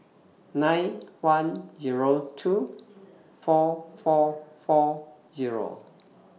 nine one Zero two four four four Zero